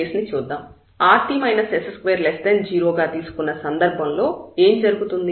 rt s20 గా తీసుకున్న సందర్భంలో ఏం జరుగుతుంది